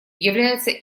является